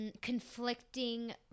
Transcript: conflicting